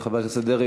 חבר הכנסת דרעי,